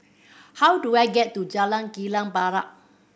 how do I get to Jalan Kilang Barat